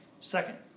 Second